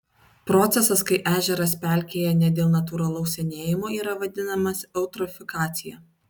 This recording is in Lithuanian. procesas kai ežeras pelkėja ne dėl natūralaus senėjimo yra vadinamas eutrofikacija